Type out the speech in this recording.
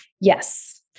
Yes